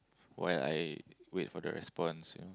while I wait for the response you